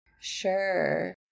Sure